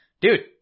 Dude